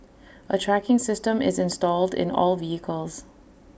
A tracking system is installed in all vehicles